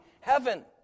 heaven